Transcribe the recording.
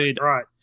right